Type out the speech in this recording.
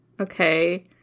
Okay